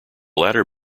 latter